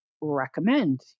recommend